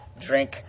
drink